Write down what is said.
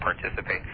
participate